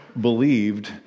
believed